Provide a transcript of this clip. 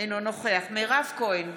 אינו נוכח מירב כהן,